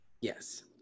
Yes